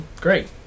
great